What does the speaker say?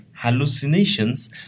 hallucinations